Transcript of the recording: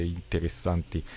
interessanti